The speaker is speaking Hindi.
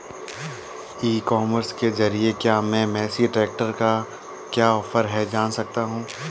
ई कॉमर्स के ज़रिए क्या मैं मेसी ट्रैक्टर का क्या ऑफर है जान सकता हूँ?